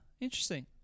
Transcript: interesting